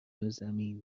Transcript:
زمین